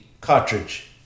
cartridge